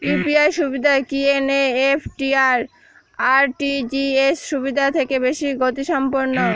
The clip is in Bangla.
ইউ.পি.আই সুবিধা কি এন.ই.এফ.টি আর আর.টি.জি.এস সুবিধা থেকে বেশি গতিসম্পন্ন?